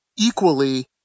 equally